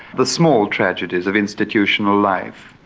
the small tragedies of institutional life,